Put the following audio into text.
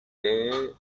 they